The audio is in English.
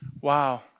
Wow